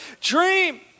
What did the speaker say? dream